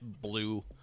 blue